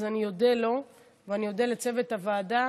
אז אני אודה לו ואני אודה לצוות הוועדה,